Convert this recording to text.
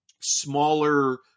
smaller